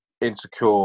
insecure